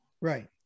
Right